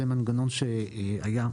זה מנגנון שהיה,